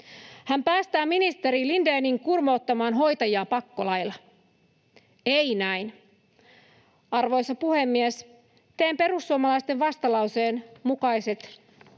Hän päästää ministeri Lindénin kurmoottamaan hoitajia pakkolailla. Ei näin. Arvoisa puhemies! Teen perussuomalaisten vastalauseen mukaiset